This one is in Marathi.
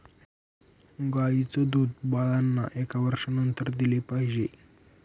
गाईचं दूध बाळांना एका वर्षानंतर दिले पाहिजे